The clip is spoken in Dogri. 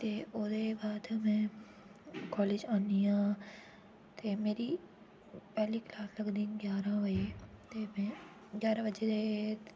ते ओह्दे बाद में कॉलेज आनी आं ते मेरी पैह्ली क्लॉस लगदी ग्यारां बजे ते में ग्यारां बजे